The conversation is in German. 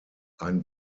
ein